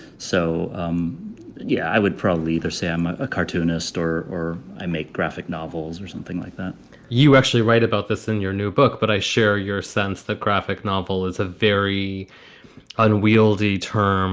so um yeah, i would probably say i'm a cartoonist or or i make graphic novels or something like that you actually write about this in your new book, but i share your sense. the graphic novel is a very unwieldy term